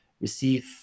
receive